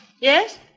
Yes